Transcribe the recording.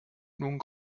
nun